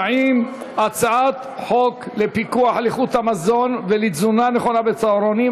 חוק לפיקוח על איכות המזון ולתזונה נכונה בצהרונים,